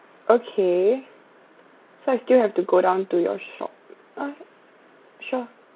okay so I still have to go down to your shop okay sure